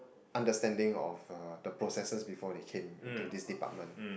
understanding of uh the processes before they came into this department